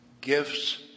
gifts